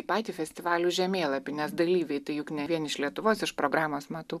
į patį festivalių žemėlapį nes dalyviai tai juk ne vien iš lietuvos iš programos matau